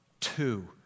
Two